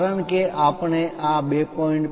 કારણ કે આપણે આ 2